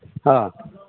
ꯑꯥ